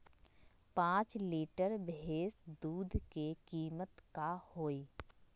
पाँच लीटर भेस दूध के कीमत का होई?